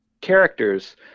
characters